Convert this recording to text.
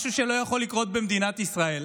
משהו שלא יכול לקרות במדינת ישראל,